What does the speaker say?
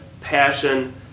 passion